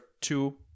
two